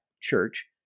church